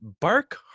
bark